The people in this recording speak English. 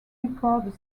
recorded